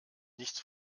nichts